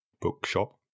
Bookshop